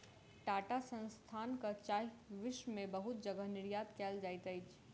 टाटा संस्थानक चाह विश्व में बहुत जगह निर्यात कयल जाइत अछि